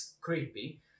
creepy